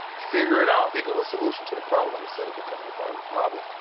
figure it out. think of a solution to the problem instead of becoming a part of the problem.